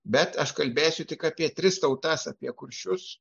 bet aš kalbėsiu tik apie tris tautas apie kuršius